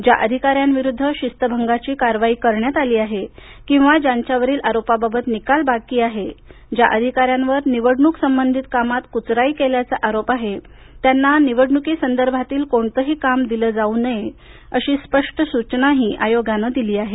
ज्या अधिकाऱ्यांविरुद्ध शिस्तभंगाची कारवाई करण्यात आली आहे किंवा ज्यांच्यावरील आरोपाबाबत निकाल बाकी आहे ज्या अधिकाऱ्यांवर निवडणूक संबधित कामात कुचराई केल्याचा आरोप आहे त्यांना निवडणूक संदर्भातील कोणतीही काम दिले जाऊ नये अशी स्पष्ट सूचनाही आयोगानं दिली आहे